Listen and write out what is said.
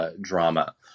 drama